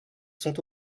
sont